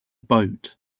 boat